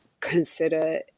consider